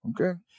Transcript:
Okay